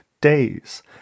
days